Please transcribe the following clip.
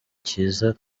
kiza